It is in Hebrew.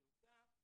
בנוסף,